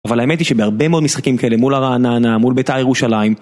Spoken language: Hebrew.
אבל האמת היא שבהרבה מאוד משחקים כאלה, מול הרעננה, מול בית"ר הירושלים...